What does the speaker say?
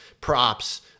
props